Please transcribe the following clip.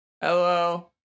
Hello